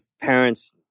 parents